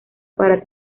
para